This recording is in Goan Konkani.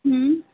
हं